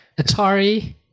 Atari